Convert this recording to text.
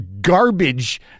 garbage